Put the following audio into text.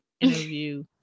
interview